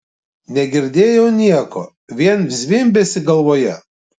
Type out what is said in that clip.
negirdėjau nieko vien zvimbesį galvoje